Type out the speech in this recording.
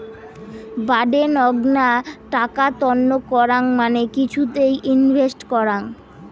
বাডেনগ্না টাকা তন্ন করাং মানে কিছুতে ইনভেস্ট করাং